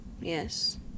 Yes